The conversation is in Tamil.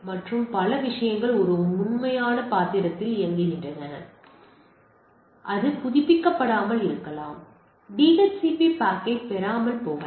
மற்றும் விஷயங்கள் ஒரு மென்மையான பாத்திரத்தில் இயங்குகின்றன அது புதுப்பிக்கப்படாமல் இருக்கலாம் DHCPACK ஐப் பெறாமல் போகலாம்